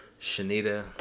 Shanita